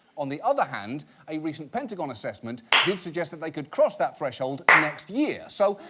on the other hand a recent pentagon assessment did suggest that they could cross that threshold next year. so,